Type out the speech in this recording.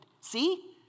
See